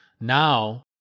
Now